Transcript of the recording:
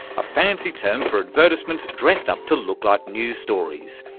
a fancy term for advertisements dressed up to look like news stories.